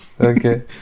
okay